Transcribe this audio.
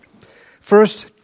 First